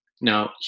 Now